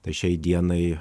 tai šiai dienai